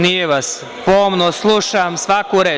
Nije vas, pomno slušam svaku reč.